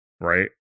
right